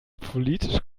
politisch